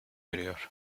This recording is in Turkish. veriyor